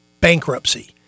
Bankruptcy